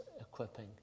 equipping